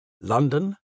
London